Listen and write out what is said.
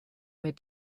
mit